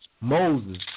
Moses